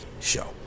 show